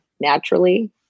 naturally